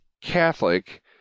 Catholic